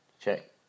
check